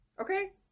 Okay